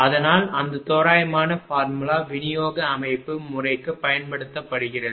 அதனால் அந்த தோராயமான ஃபார்முலா விநியோக அமைப்பு முறைக்கு பயன்படுத்தப்படுகிறது